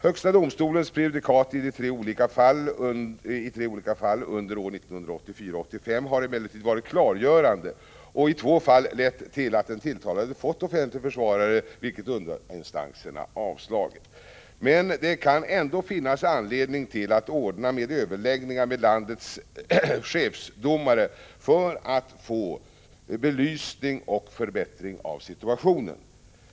Högsta domstolens prejudikat i tre olika fall under åren 1984 och 1985 har emellertid varit klargörande och i två fall lett till att den tilltalade fått offentlig försvarare, vilket underinstanserna avslagit. Men det kan ändå finnas anledning till att ordna med överläggningar med landets chefsdomare för att få belysning och förbättring av situationen.